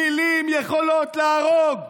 מילים יכולות להרוג.